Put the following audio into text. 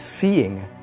seeing